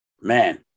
man